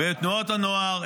בתנועות הנוער.